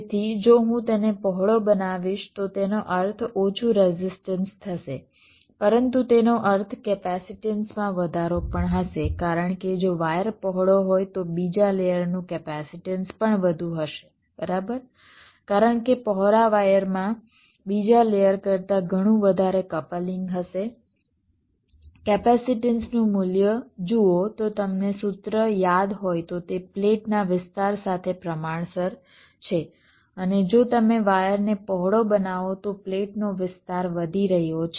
તેથી જો હું તેને પહોળો બનાવીશ તો તેનો અર્થ ઓછું રેઝિસ્ટન્સ થશે પરંતુ તેનો અર્થ કેપેસિટન્સમાં વધારો પણ હશે કારણ કે જો વાયર પહોળો હોય તો બીજા લેયર નું કેપેસિટન્સ પણ વધુ હશે બરાબર કારણ કે પહોળા વાયરમાં બીજા લેયર કરતાં ઘણું વધારે કપલિંગ હશે કેપેસિટન્સનું મૂલ્ય જુઓ જો તમને સૂત્ર યાદ હોય તો તે પ્લેટના વિસ્તાર સાથે પ્રમાણસર છે અને જો તમે વાયરને પહોળો બનાવો તો પ્લેટનો વિસ્તાર વધી રહ્યો છે